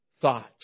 thoughts